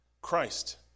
Christ